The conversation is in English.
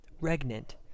Regnant